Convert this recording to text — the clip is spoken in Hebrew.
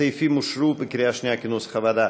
הסעיפים אושרו בקריאה שנייה כנוסח הוועדה.